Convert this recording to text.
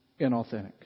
inauthentic